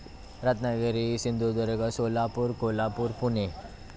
Ratnagiri Sindhudurg Solapur Kolhapur Pune